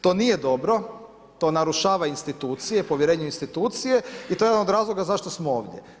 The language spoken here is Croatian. To nije dobro, to narušava institucije, povjerenje u institucije i to je jedan od razloga zašto smo ovdje.